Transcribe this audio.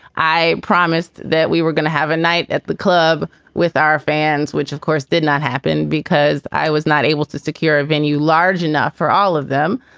i promised that we were gonna have a night at the club with our fans, which of course, did not happen because i was not able to secure a venue large enough for all of them.